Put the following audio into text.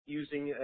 using